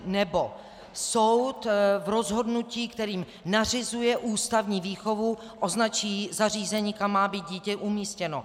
Nebo soud v rozhodnutí, kterým nařizuje ústavní výchovu, označí zařízení, kam má být dítě umístěno.